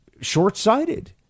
short-sighted